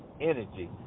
energy